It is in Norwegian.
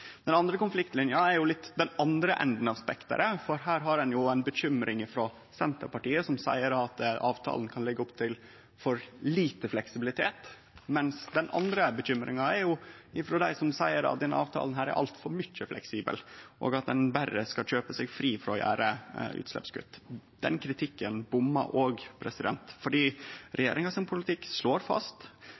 Den andre konfliktlinja er i den andre enden av spekteret. Her er det ei bekymring frå Senterpartiet for at avtalen kan leggje opp til for lite fleksibilitet, mens den andre bekymringa er frå dei som seier at denne avtalen er altfor fleksibel, og at ein berre skal kjøpe seg fri frå utsleppskutt. Den kritikken bommar også, for regjeringa sin politikk slår fast